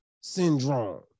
syndrome